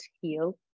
heal